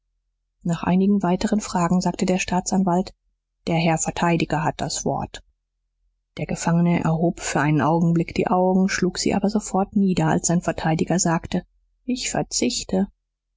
nach einigen weiteren fragen sagte der staatsanwalt der herr verteidiger hat das wort der gefangene erhob für einen augenblick die augen schlug sie aber sofort nieder als sein verteidiger sagte ich verzichte